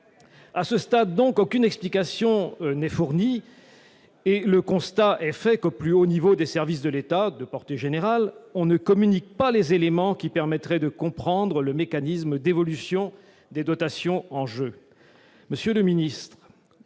À ce stade, aucune explication n'a été fournie et le constat est fait que, au plus haut des services de l'État, on ne communique pas les éléments qui permettraient de comprendre le mécanisme d'évolution des dotations en jeu.